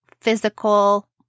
physical